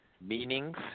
meanings